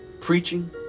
preaching